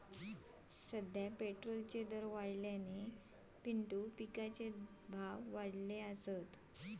सध्या पेट्रोलचे दर वाढल्याने पिंटू पिकाचे भाव वाढले आहेत